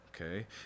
Okay